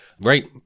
right